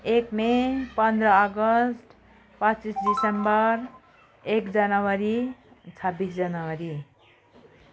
एक मे पन्ध्र अगस्ट पच्चिस डिसेम्बर एक जनवरी छब्बिस जनवरी